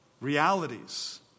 Realities